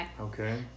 Okay